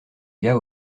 gars